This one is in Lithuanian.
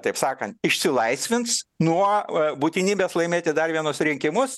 taip sakan išsilaisvins nuo būtinybės laimėti dar vienus rinkimus